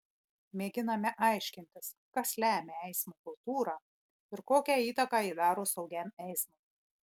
mėginame aiškintis kas lemia eismo kultūrą ir kokią įtaką ji daro saugiam eismui